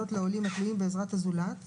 שלא יסכימו אותך בתוך הקבוצה הזאת,